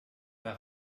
pain